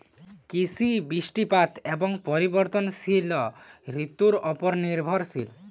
কৃষি বৃষ্টিপাত এবং পরিবর্তনশীল ঋতুর উপর নির্ভরশীল